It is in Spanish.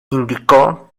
indicó